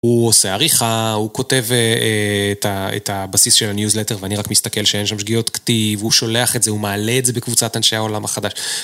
הוא עושה עריכה, הוא כותב את הבסיס של הניוזלטר ואני רק מסתכל שאין שם שגיאות כתיב, הוא שולח את זה, הוא מעלה את זה בקבוצת אנשי העולם החדש.